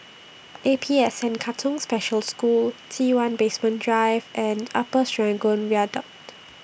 A P S N Katong Special School T one Basement Drive and Upper Serangoon Viaduct